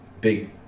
Big